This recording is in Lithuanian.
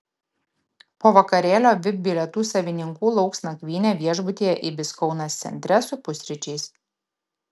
po vakarėlio vip bilietų savininkų lauks nakvynė viešbutyje ibis kaunas centre su pusryčiais